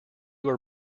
were